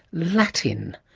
latin?